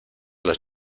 los